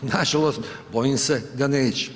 Nažalost, bojim se da neće.